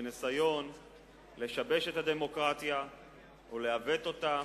ניסיון לשבש את הדמוקרטיה או לעוות אותה